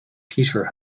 peter